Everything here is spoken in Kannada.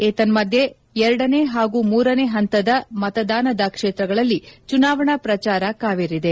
ಏತನ್ನದ್ದೆ ಎರಡನೇ ಹಾಗೂ ಮೂರನೇ ಪಂತದ ಮತದಾನದ ಕ್ಷೇತ್ರಗಳಲ್ಲಿ ಚುನಾವಣಾ ಪ್ರಚಾರ ಕಾವೇರಿದೆ